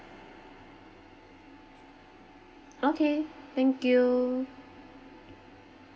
okay thank you